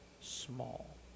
small